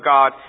God